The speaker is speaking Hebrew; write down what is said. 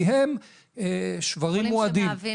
כי הם שוורים מועדים.